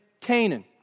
Canaan